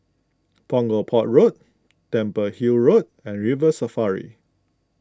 Punggol Port Road Temple Hill Road and River Safari